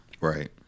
right